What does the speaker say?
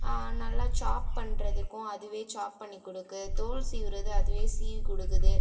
நல்லா ச்சாப் பண்ணுறத்துக்கும் அதுவே ச்சாப் பண்ணி கொடுக்கு தோல் சீவ்வுறது அதுவே சீவி கொடுக்குது